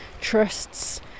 trusts